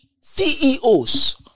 CEOs